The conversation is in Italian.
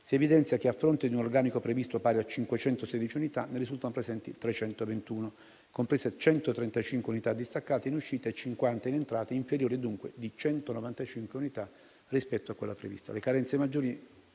si evidenzia che, a fronte di un organico previsto pari a 516 unità, ne risultano presenti 321, comprese 135 distaccate in uscita e 50 in entrata, inferiori dunque di 195 unità rispetto a quelle previste.